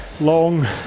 long